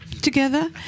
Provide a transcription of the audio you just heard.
together